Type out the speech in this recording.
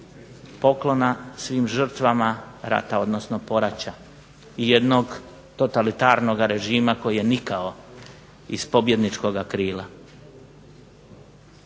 poklona svim žrtvama rata, odnosno poraća, jednog totalitarnog režima koji je nikao iz pobjedničkoga krila.